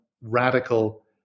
radical